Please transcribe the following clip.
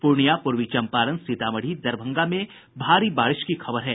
पूर्णियां पूर्वी चम्पारण सीतामढ़ी दरभंगा में भारी बारिश की खबर है